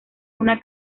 una